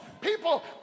people